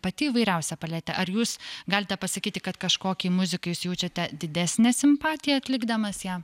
pati įvairiausia paletė ar jūs galite pasakyti kad kažkokiai muzikai jūs jaučiate didesnę simpatiją atlikdamas ją